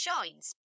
shines